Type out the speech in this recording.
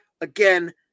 Again